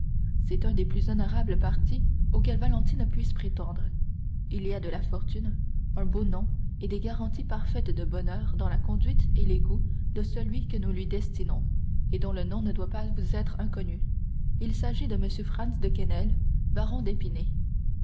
c'est un des plus honorables partis auxquels valentine puisse prétendre il y a de la fortune un beau nom et des garanties parfaites de bonheur dans la conduite et les goûts de celui que nous lui destinons et dont le nom ne doit pas vous être inconnu il s'agit de m franz de quesnel baron d'épinay